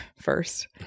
first